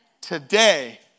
today